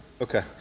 Okay